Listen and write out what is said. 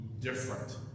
different